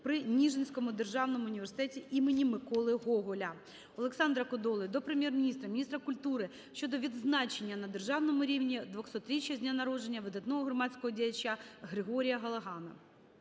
при Ніжинському державному університеті імені Миколи Гоголя. Олександра Кодоли до Прем'єр-міністра, міністра культури щодо відзначення на державному рівні 200-річчя з дня народження видатного громадського діяча Григорія Галагана.